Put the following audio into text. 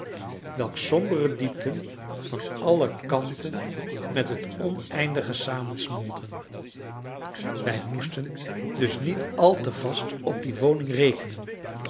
welks sombere diepten van alle kanten met het oneindige samensmolten wij moesten dus niet al te vast op die woning rekenen